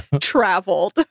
traveled